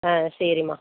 ஆ சரிம்மா